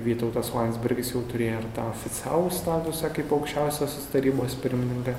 vytautas landsbergis jau turėjo tą oficialų statusą kaip aukščiausiosios tarybos pirmininkas